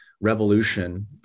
revolution